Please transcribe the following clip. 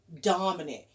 dominant